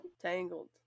Tangled